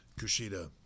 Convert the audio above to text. Kushida